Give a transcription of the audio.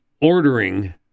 ordering